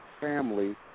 family